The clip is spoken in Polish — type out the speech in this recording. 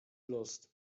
los